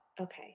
Okay